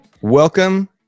welcome